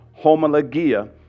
homologia